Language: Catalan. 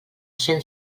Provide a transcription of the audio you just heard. cent